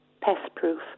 pest-proof